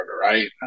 Right